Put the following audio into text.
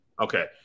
Okay